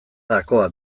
gakoa